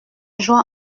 joie